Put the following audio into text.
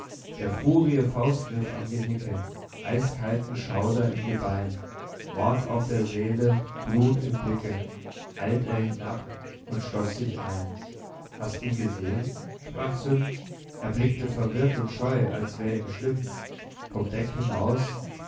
der furie faustgriff am genicke eiskalten schauder im gebein mord auf der seele blut im blicke eilt er hinab und schloß sich ein hast ihn gesehn sprach sym er blickte verwirrt und scheu als wär ihm schlimm vom deck hinaus